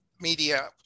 media